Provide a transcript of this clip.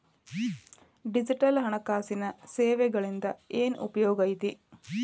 digital ಹಣಕಾಸಿನ ಸೇವೆಗಳಿಂದ ಏನ್ ಉಪಯೋಗೈತಿ